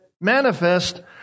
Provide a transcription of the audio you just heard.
manifest